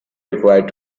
required